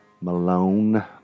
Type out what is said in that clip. Malone